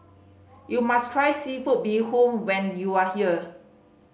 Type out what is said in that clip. you must try seafood bee hoon when you are here